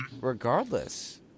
Regardless